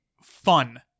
fun